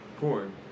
corn